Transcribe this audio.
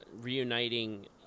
reuniting